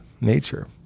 nature